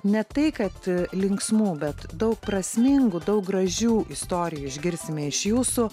ne tai kad linksmų bet daug prasmingų daug gražių istorijų išgirsime iš jūsų